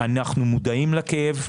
אנחנו מודעים לכאב,